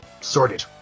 sorted